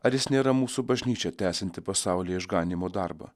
ar jis nėra mūsų bažnyčia tęsianti pasaulio išganymo darbą